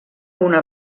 una